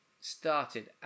started